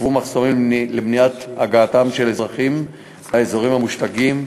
הוצבו מחסומים למניעת הגעתם של אזרחים לאזורים המושלגים,